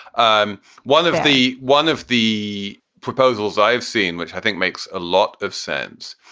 um one of the one of the proposals i've seen, which i think makes a lot of sense,